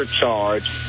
charge